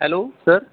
hello sir